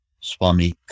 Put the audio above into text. Swami